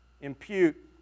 Impute